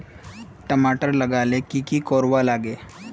टमाटर लगा ले की की कोर वा लागे?